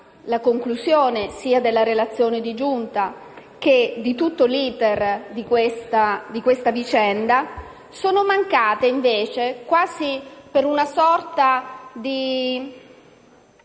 la conclusione, sia della relazione di Giunta che di tutto l'*iter* di questa vicenda, sono mancate invece (quasi per una sorta di